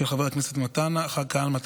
של חברי הכנסת מתן כהנא,